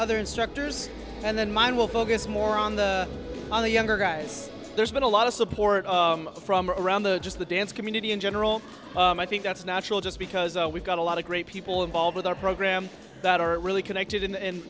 other instructors and then mine will focus more on the on the younger guys there's been a lot of support from around the just the dance community in general and i think that's natural just because we've got a lot of great people involved with our program that are really connected